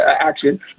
action